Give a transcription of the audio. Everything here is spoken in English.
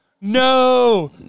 no